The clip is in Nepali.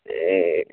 ए